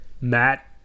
Matt